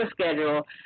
schedule